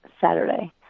Saturday